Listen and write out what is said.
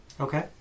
Okay